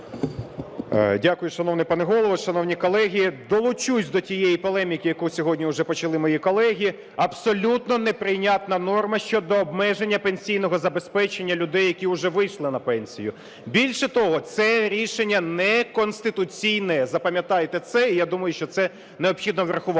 Дякую, шановний пане Голово. Шановні колеги, долучуся до тієї полеміки, яку сьогодні уже почали мої колеги. Абсолютно неприйнятна норма щодо обмеження пенсійного забезпечення людей, які уже вийшли на пенсію. Більше того, це рішення не конституційне, запам'ятайте це. Я думаю, що це необхідно врахувати.